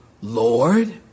Lord